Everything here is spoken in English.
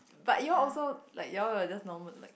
but you all also like you all will just normal like